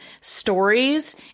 stories